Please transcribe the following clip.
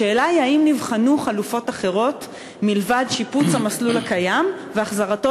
השאלה היא האם נבחנו חלופות אחרות מלבד שיפוץ המסלול הקיים והחזרתו